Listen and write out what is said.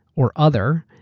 or other.